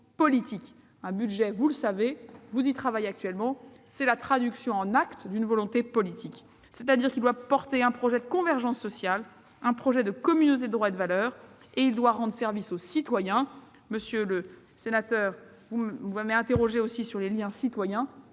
Un budget, vous le savez- vous y travaillez actuellement -, c'est la traduction en actes d'une volonté politique. Autrement dit, il doit porter un projet de convergence sociale et un projet de communauté de droits et de valeurs, et il doit rendre service aux citoyens. J'ai été interrogée sur le lien avec les citoyens.